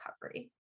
recovery